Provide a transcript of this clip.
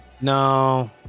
no